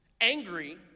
angry